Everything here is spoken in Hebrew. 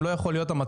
יזמים ותיקים,